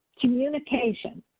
communication